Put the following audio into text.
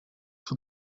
for